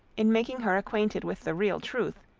in making her acquainted with the real truth,